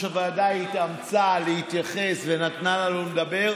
הוועדה התאמצה להתייחס ונתנה לנו לדבר,